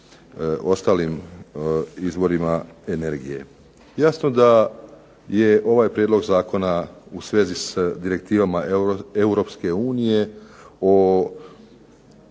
ostalim izvorima energije. Jasno da je ovaj Prijedlog zakona u svezi sa direktivama Europske unije o